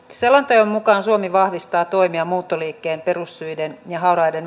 selonteon mukaan suomi vahvistaa toimia muuttoliikkeen perussyiden ja hauraiden